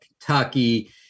Kentucky